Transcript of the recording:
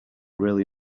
really